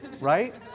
right